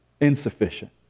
insufficient